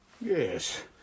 Yes